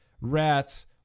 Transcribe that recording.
rats